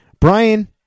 Brian